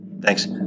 Thanks